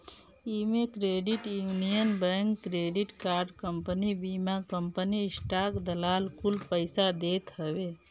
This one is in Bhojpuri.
इमे credit union bank, credit card company, बीमा कंपनी, स्टाक दलाल कुल पइसा देत हवे